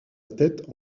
tête